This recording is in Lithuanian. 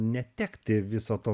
netekti viso to